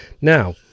now